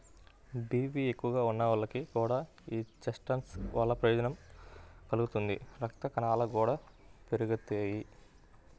BP ఎక్కువగా ఉన్నోళ్లకి కూడా యీ చెస్ట్నట్స్ వల్ల ప్రయోజనం కలుగుతుంది, రక్తకణాలు గూడా బాగా పెరుగుతియ్యి